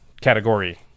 category